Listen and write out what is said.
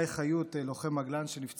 לוחם מגלן שנפצע באימון,